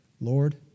Lord